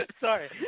Sorry